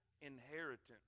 inheritance